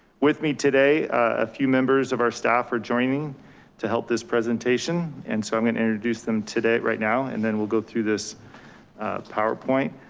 with me today, a few members of our staff are joining to help this presentation. and so i'm gonna introduce them today, right now and then we'll go through this powerpoint.